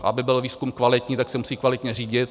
Aby byl výzkum kvalitní, tak se musí kvalitně řídit.